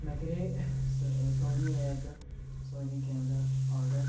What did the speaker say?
مےٚ کَرے سۄ سونی ایپہِ پٮ۪ٹھ سونی کیمرا آرڈَر